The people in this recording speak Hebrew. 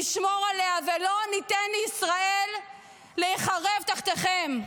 נשמור עליה ולא ניתן לישראל להיחרב תחתיכם.